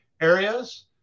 areas